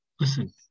listen